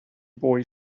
boy